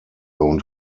und